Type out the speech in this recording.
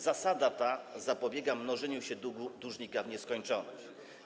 Zasada ta zapobiega mnożeniu się długu dłużnika w nieskończoność.